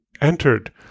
entered